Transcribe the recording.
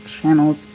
channels